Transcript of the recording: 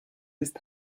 ist